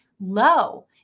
low